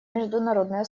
международное